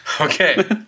Okay